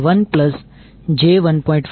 5 j2